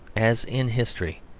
as in history,